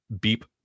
beep